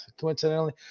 coincidentally